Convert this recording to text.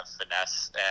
finesse